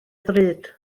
ddrud